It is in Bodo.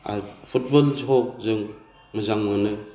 आर पुटबल जों मोजां मोनो